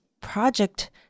project